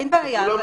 אין בעיה,